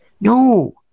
No